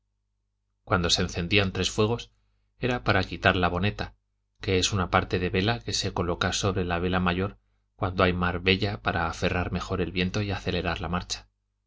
cuando se encendían tres fuegos era para quitar la boneta que es una parte de vela que se coloca sobre la vela mayor cuando hay mar bella para aferrar mejor el viento y acelerar la marcha